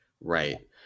Right